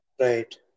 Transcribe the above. Right